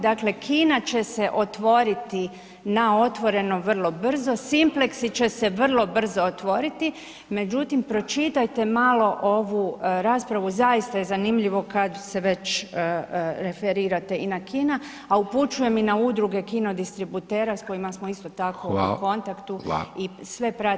Dakle, kina će se otvoriti na otvorenom vrlo brzo, simplexi će se vrlo brzo otvoriti, međutim pročitajte malo ovu raspravu zaista je zanimljivo kad se već referirate i na kina, a upućujem i na udruge kino distributera s kojima smo isto tako u kontaktu i pratimo sve njihove potrebe.